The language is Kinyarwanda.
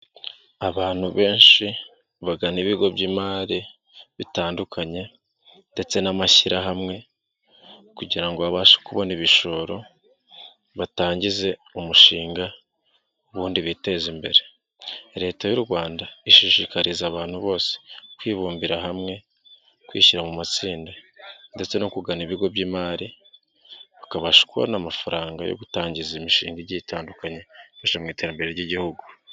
Abantu benshi bagana ibigo by'imari bitandukanye ,ndetse n'amashyirahamwe kugira ngo babashe kubona ibishoro, batangize umushinga ubundi biteza imbere. Leta y'u Rwanda ishishikariza abantu bose kwibumbira hamwe kwishyira mu matsinda ,ndetse no kugana ibigo by'imari bakabasha kubona amafaranga yo gutangiza imishinga igiye itandukanye kubafasha mu iterambere ry'igihugu.